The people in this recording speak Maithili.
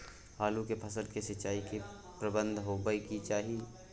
आलू के फसल के सिंचाई के की प्रबंध होबय के चाही?